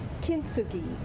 kintsugi